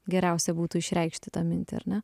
geriausia būtų išreikšti tą mintį ar ne